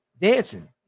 dancing